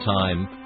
time